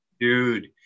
Dude